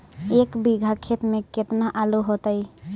एक बिघा खेत में केतना आलू होतई?